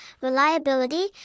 reliability